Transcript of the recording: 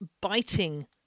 biting